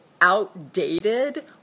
outdated